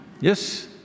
Yes